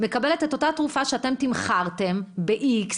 מקבלת את אותה תרופה שאתם תמחרתם ב-X,